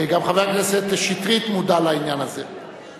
גם חבר הכנסת שטרית מודע לעניין הזה,